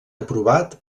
aprovat